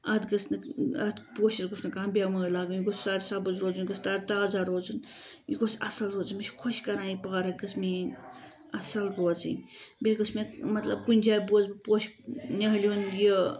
اَتھ گٔژھ نہٕ اَتھ پوشَس گٔژھ نہٕ کانہہ بیٚمٲرۍ لَگٕنۍ یہِ گوٚژھ سَرسَبٕز روزُن یہِ گوٚژھ تَرو تازہ روزُن یہِ گوٚژھ اصل روزُن مےٚ چھُ خۄش کَران یہِ پارک گٔژھ میانۍ اصل روزٕنۍ بیٚیہِ گٔژھ مےٚ مطلب کُنہِ جایہِ بوزٕ بہٕ پوشہِ نِہالہِ ہُند یہِ